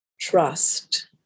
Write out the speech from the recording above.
trust